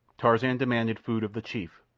tarzan demanded food of the chief,